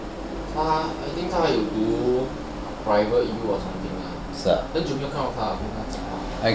I think 他还有读 private U or something lah 我很久没有看到他了